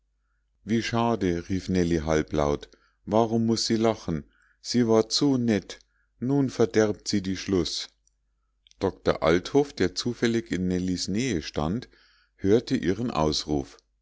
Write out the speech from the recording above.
wie schade rief nellie halblaut warum muß sie lachen sie war zu nett nun verderbt sie die schluß doktor althoff der zufällig in nellies nähe stand hörte ihren ausruf